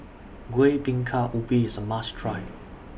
Kueh Bingka Ubi IS A must Try